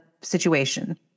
situation